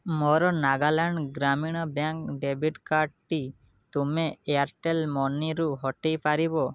ମୋର Nagaland Gramin bank debit କାର୍ଡ଼ଟି ତୁମେ ଏୟାର୍ଟେଲ୍ ମନିରୁ ହଟାଇ ପାରିବ